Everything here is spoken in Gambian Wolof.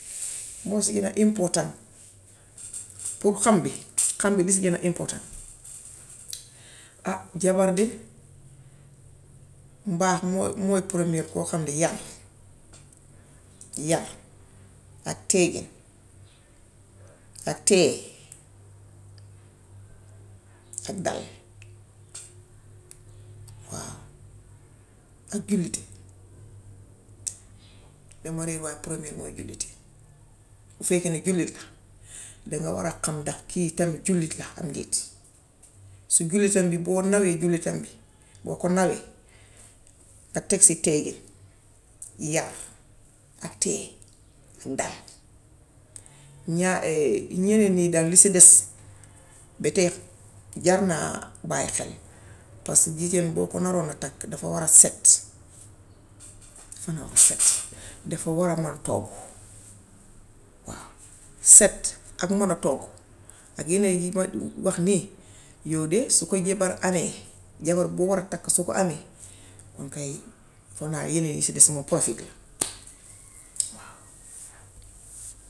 Moo si gën a important pour xam bi, xam bi lu si gën a important jabar de mbaax mooy mooy première boo xam ne yar yar ak teegin ak teey ak dal waaw ak jullite. Dema réer waaye première mooy jullite. Bu fekkee ni jullit la, danga war a xa ndax kii tam jullit la am ndéet. Su jullitam bi, boo nawee jullitam bi, boo ko nawee, nga teg si teegin, yar ak teey ak dal, ñaar yeneen yi daal lu si des ba tay, jar naa bàyyi xel paska jigéen boo ko naroon a takk. dafa war a set, dafa naroon a set. Dafa war a man toggu waaw. Set ak man a togg ak yeneen yi ma wax nii. Yooy de su ko jabar amee, jabar boo war a takk su ko amee comme kay defe naa yeneen yi sa des moom pofil la.